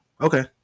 okay